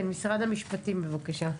משרד המשפטים, בבקשה.